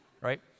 right